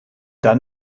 dann